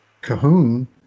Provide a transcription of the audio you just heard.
Cahoon